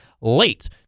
late